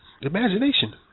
Imagination